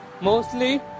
Mostly